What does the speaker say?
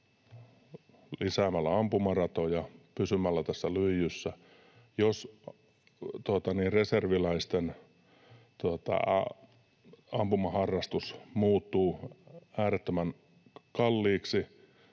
lisäämällä ampumaratoja, pysymällä tässä lyijyssä. Se, että reserviläisten ampumaharrastus muuttuisi äärettömän kalliiksi